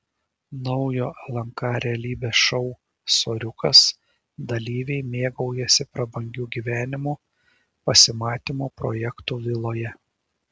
naujo lnk realybės šou soriukas dalyviai mėgaujasi prabangiu gyvenimu pasimatymų projekto viloje